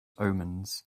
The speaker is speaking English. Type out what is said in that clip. omens